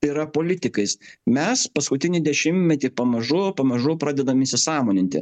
yra politikais mes paskutinį dešimtmetį pamažu pamažu pradedam įsisąmoninti